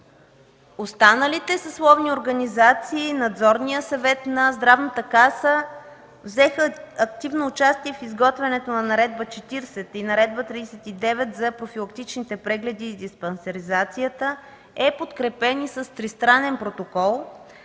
останалите съсловни организации и Надзорният съвет на Здравната каса взеха активно участие в изготвянето на Наредба № 40 и Наредба № 39 за профилактичните прегледи и диспансеризацията, е подкрепен с тристранен протокол,